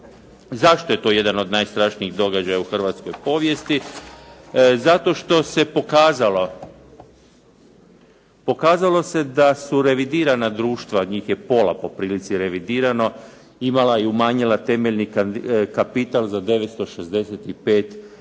Zašto je to jedan od najstrašnijih događaja u hrvatskoj povijesti? Zato što se pokazalo, pokazalo se da su revidirana društva, njih je pola po prilici revidirano, imala i umanjila temeljni kapital za 965 milijuna